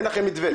אין לכם מתווה.